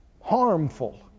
harmful